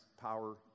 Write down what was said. power